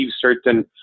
certain